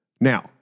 Now